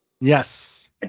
Yes